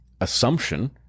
assumption